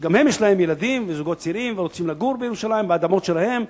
שגם להם יש ילדים וזוגות צעירים ורוצים לגור בירושלים באדמות שלהם,